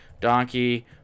Donkey